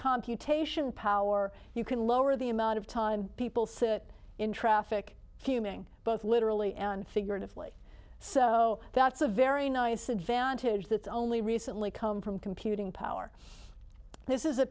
computation power you can lower the amount of time people sit in traffic fuming both literally and figuratively so that's a very nice advantage that's only recently come from computing power this is a